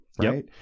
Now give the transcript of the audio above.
Right